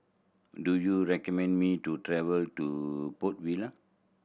do you recommend me to travel to Port Vila